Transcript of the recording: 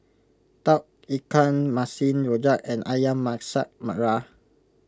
Tauge Ikan Masin Rojak and Ayam Masak Merah